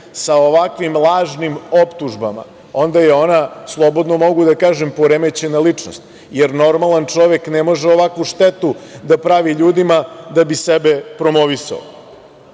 sa ovakvim lažnim optužbama onda je ona, slobodno mogu da kažem, poremećena ličnost, jer normalan čovek ne može ovakvu štetu da pravi ljudima da bi sebe promovisao.